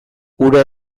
hura